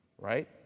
right